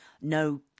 No